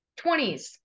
20s